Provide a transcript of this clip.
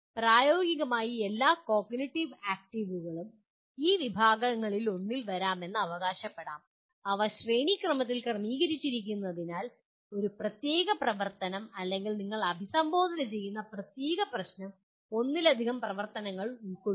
പ്രായോഗികമായി എല്ലാ കോഗ്നിറ്റീവ് ആക്റ്റീവുകളും ഈ വിഭാഗങ്ങളിലൊന്നിൽ വരാമെന്ന് അവകാശപ്പെടാം അവ ശ്രേണിക്രമത്തിൽ ക്രമീകരിച്ചിരിക്കുന്നതിനാൽ ഒരു പ്രത്യേക പ്രവർത്തനം അല്ലെങ്കിൽ നിങ്ങൾ അഭിസംബോധന ചെയ്യുന്ന ഒരു പ്രത്യേക പ്രശ്നം ഒന്നിലധികം പ്രവർത്തനതലങ്ങൾ ഉൾക്കൊള്ളുന്നു